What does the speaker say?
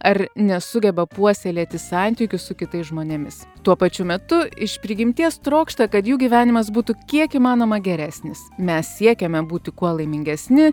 ar nesugeba puoselėti santykius su kitais žmonėmis tuo pačiu metu iš prigimties trokšta kad jų gyvenimas būtų kiek įmanoma geresnis mes siekiame būti kuo laimingesni